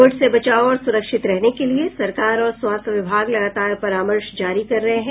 Covid से बचाव और सुरक्षित रहने के लिए सरकार और स्वास्थ्य विभाग लगातार परामर्श जारी कर रहे हैं